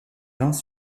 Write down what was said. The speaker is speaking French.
pins